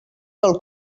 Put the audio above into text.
del